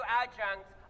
adjuncts